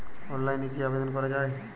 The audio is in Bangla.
অনলাইনে কি আবেদন করা য়ায়?